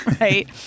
Right